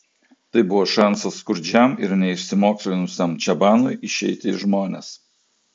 tai buvo šansas skurdžiam ir neišsimokslinusiam čabanui išeiti į žmones